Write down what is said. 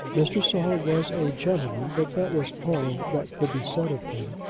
mr. saul was a gentleman but that was all that could be said of him.